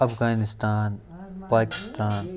Afghanistan Pakistan